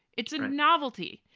it's a novelty.